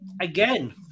again